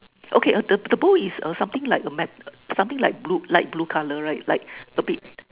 okay uh the the bowl is uh something like a map something like blue light blue color right like a bit